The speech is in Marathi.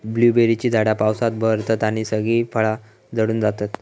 ब्लूबेरीची झाडा पावसात बहरतत आणि सगळी फळा झडून जातत